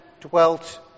dwelt